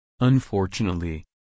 Unfortunately